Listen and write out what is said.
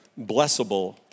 blessable